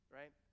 right